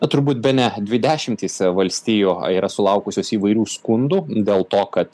turbūt bene dvi dešimtys valstijų yra sulaukusios įvairių skundų dėl to kad